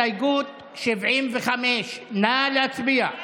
הסתייגות 75. נא להצביע.